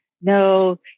no